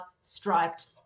striped